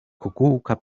kukułka